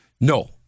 No